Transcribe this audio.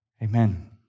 Amen